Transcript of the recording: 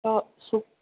हो सु